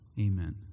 Amen